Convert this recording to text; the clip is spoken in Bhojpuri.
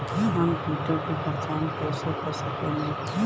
हम कीटों की पहचान कईसे कर सकेनी?